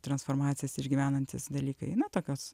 transformacijas išgyvenantys dalykai na tokios